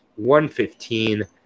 115